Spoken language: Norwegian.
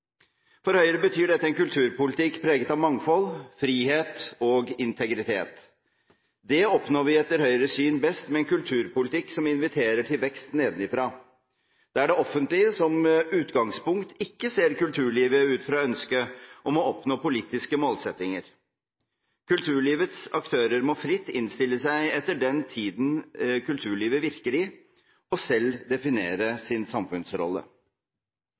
For Høyre betyr dette en kulturpolitikk preget av mangfold, frihet og integritet. Det oppnår vi etter Høyres syn best med en kulturpolitikk som inviterer til vekst nedenfra, der det offentlige som utgangspunkt ikke ser kulturlivet ut fra ønsket om å oppnå politiske målsettinger. Kulturlivets aktører må fritt innstille seg etter den tiden kulturlivet virker i, og selv definere sin samfunnsrolle.